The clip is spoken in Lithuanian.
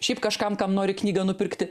šiaip kažkam kam nori knygą nupirkti